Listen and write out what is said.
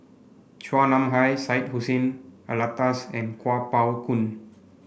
Chua Nam Hai Syed Hussein Alatas and Kuo Pao Kun